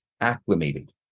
acclimated